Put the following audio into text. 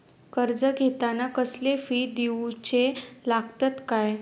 कर्ज घेताना कसले फी दिऊचे लागतत काय?